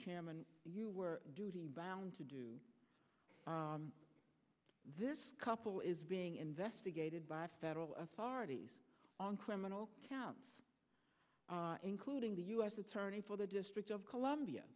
chairman you were duty bound to do this couple is being investigated by federal authorities on criminal counts including the u s attorney for the district of columbia